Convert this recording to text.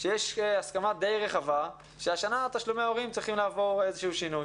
שיש הסכמה די רחבה שהשנה תשלומי ההורים צריכים לעבור איזשהו שינוי.